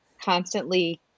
constantly